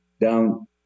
down